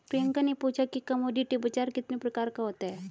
प्रियंका ने पूछा कि कमोडिटी बाजार कितने प्रकार का होता है?